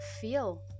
feel